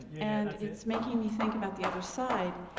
and it's making me think about the other side.